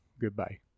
Goodbye